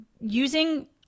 using